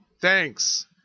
Thanks